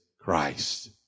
Christ